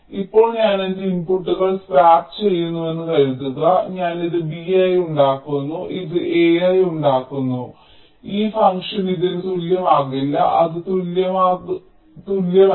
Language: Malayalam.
ഇപ്പോൾ ഞാൻ എന്റെ ഇൻപുട്ടുകൾ സ്വാപ്പ് ചെയ്യുന്നുവെന്ന് കരുതുക ഞാൻ ഇത് B ആയി ഉണ്ടാക്കുന്നു ഞാൻ ഇത് A ആയി ഉണ്ടാക്കുന്നു ഈ ഫംഗ്ഷൻ ഇതിന് തുല്യമാകില്ല ഇത് തുല്യമല്ല